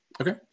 Okay